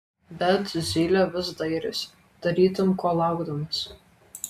bet zylė vis dairėsi tarytum ko laukdamas